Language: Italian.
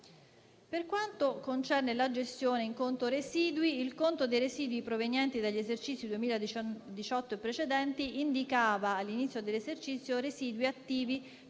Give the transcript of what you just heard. Per quanto concerne la gestione in conto residui, il conto di quelli provenienti dagli esercizi 2018 e precedenti indicava, all'inizio dell'esercizio, residui attivi